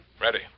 Ready